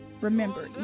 Remember